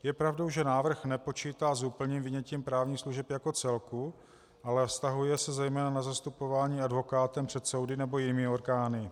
Je pravdou, že návrh nepočítá s úplným vynětím právních služeb jako celku, ale vztahuje se zejména na zastupování advokátem před soudy nebo jinými orgány.